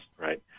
right